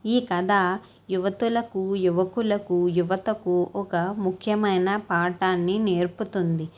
ఈ కథ యువతులకు యువకులకు యువతకు ఒక ముఖ్యమైన పాటాన్ని నేర్పుతుంది